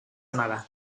nada